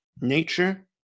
nature